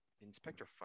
Inspector